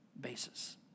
basis